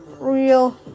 real